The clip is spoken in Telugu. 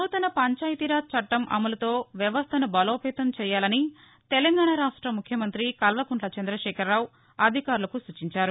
నూతన పంచాయతీరాజ్ చట్టం అమలుతో వ్యవస్థను బలోపేతం చేయాలని తెలంగాణ రాష్ట ముఖ్యమంత్రి కల్వకుంట్ల చంద్రదేఖరరావు అధికారులకు సూచించారు